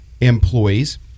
employees